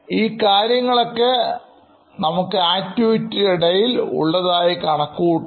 ഈ കാര്യങ്ങളൊക്കെ നമുക്ക് ആക്ടിവിറ്റിയുടെ ഇടയിൽ ഉള്ളതായി കണക്കുകൂട്ടാം